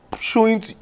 showing